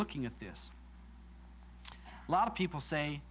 looking at this lot of people say